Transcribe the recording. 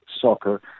soccer